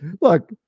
Look